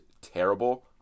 terrible